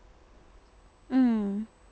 mm